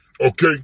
okay